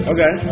Okay